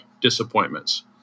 disappointments